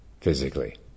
physically